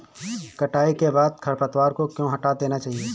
कटाई के बाद खरपतवार को क्यो हटा देना चाहिए?